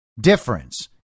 difference